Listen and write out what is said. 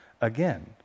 again